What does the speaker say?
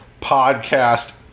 podcast